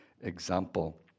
example